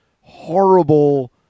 horrible